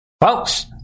Folks